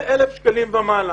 ההכנסה היא 1,000 שקלים ומעלה.